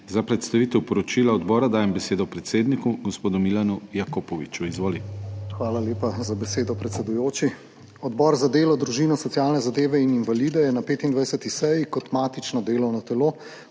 Za predstavitev poročila odbora dajem besedo predsedniku, gospodu Milanu Jakopoviču. Izvoli. **MILAN JAKOPOVIČ (PS Levica):** Hvala lepa za besedo, predsedujoči. Odbor za delo, družino, socialne zadeve in invalide je na 25. seji kot matično delovno telo